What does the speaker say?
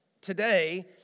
today